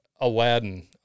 Aladdin